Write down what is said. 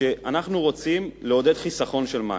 שאנחנו רוצים לעודד חיסכון של מים.